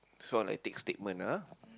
this one like thick statement ah